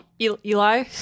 Eli